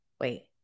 wait